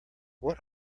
what